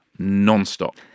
nonstop